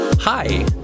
Hi